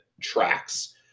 tracks